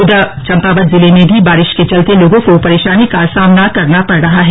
उधर चम्पावत जिले में भी बारिश के चलते लोगों को परेशानी का सामना करना पड़ रहा है